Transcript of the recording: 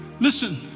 Listen